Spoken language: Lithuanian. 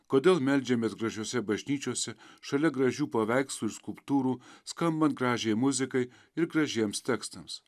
kodėl meldžiamės gražiose bažnyčiose šalia gražių paveikslų ir skulptūrų skambant gražiai muzikai ir gražiems tekstams